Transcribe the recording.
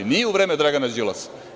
Nije u vreme Dragana Đilasa.